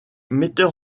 metteur